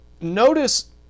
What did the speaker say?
notice